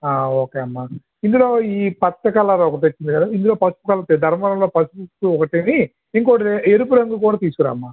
ఆ ఓకే అమ్మ ఇందులో ఈ పచ్చ కలర్ ఒకటొచ్చింది కదా ఇందులో పసుపు రంగు ధర్మవరం లో పసుపు ఒకటిని ఇంకోటి ఎరుపు రంగు కూడా తీసుకురామ్మా